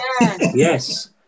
yes